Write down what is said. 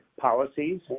policies